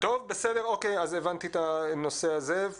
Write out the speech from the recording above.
בסדר, אוקיי, אז הבנתי את הנושא הזה.